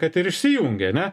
kad ir išsijungė ane